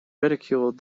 ridiculed